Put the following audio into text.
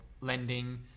lending